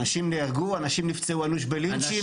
אנשים נהרגו, אנשים נפצעו אנוש בלינצ'ים.